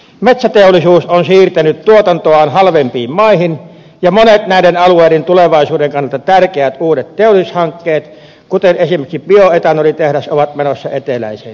metsäteollisuus on siirtänyt tuotantoaan halvempiin maihin ja monet näiden alueiden tulevaisuuden kannalta tärkeät uudet teollisuushankkeet kuten esimerkiksi bioetanolitehdas ovat menossa eteläiseen suomeen